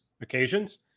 occasions